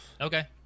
Okay